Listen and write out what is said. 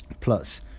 Plus